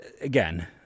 again